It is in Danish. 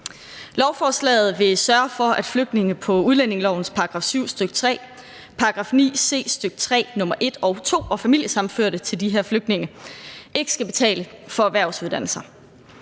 Lovforslaget vil sørge for, at flygtninge på udlændingelovens § 7, stk. 3 og § 9 c, stk. 3, nr. 1 og 2 samt familiesammenførte til de her flygtninge ikke skal betale for erhvervsuddannelser.